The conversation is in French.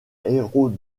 héros